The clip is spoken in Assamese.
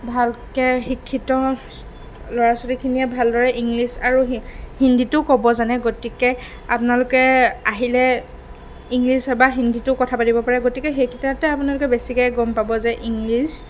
ভালকৈ শিক্ষিত ল'ৰা ছোৱালীখিনিয়ে ভালদৰে ইংলিছ আৰু হিন্দীতো ক'ব জানে গতিকে আপোনালোকে আহিলে ইংলিছ বা হিন্দীতো কথা পাতিব পাৰে গতিকে সেইকেইটাতে আপোনালোকে বেছিকৈ গম পাব যে ইংলিছ